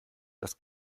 das